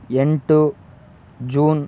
ಎಂಟು ಜೂನ್